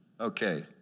Okay